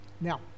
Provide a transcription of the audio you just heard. Now